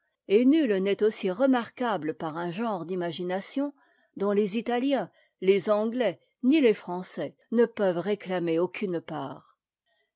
et nul n'est aussi remarquable par un genre d'imagination dont les italiens les anglais ni les français ne peuvent réclamer aucune part